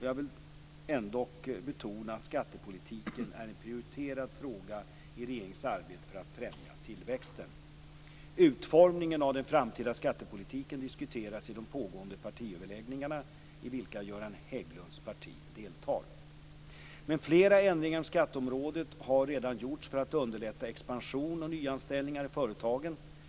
Jag vill dock betona att skattepolitiken är en prioriterad fråga i regeringens arbete för att främja tillväxten. Utformningen av den framtida skattepolitiken diskuteras i de pågående partiöverläggningarna, i vilka Göran Hägglunds parti deltar. Flera ändringar inom skatteområdet har dock redan gjorts för att underlätta expansion och nyanställningar i företagen.